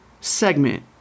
segment